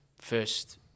first